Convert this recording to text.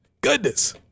Goodness